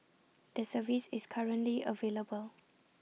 the service is currently available